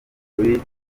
kuri